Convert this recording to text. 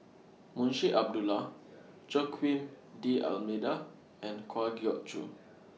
Munshi Abdullah Joaquim D'almeida and Kwa Geok Choo